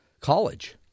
college